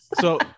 So-